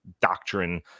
doctrine